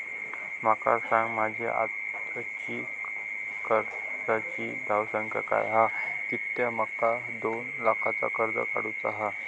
माका सांगा माझी आत्ताची कर्जाची धावसंख्या काय हा कित्या माका दोन लाखाचा कर्ज काढू चा हा?